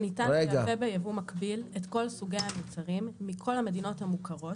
ניתן לייבא ביבוא מקביל את כל סוגי המוצרים מכל המדינות המוכרות.